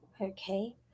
Okay